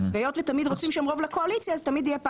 היות שתמיד רוצים שם רוב לקואליציה אז תמיד יהיה שם